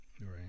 Right